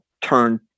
turn